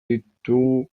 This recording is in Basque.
ditugu